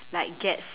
like get